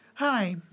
Hi